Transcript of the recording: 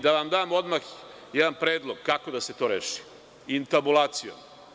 Da vam dam odmah jedan predlog kako da se to reši – intabulacijom.